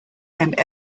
and